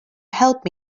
help